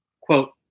quote